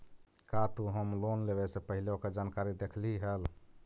का तु home loan लेवे से पहिले ओकर जानकारी देखलही हल?